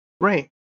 Right